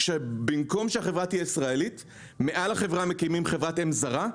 שבמקום שהחברה תהיה ישראלית מקימים מעליה חברת אם זרה,